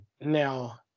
now